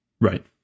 Right